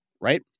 Right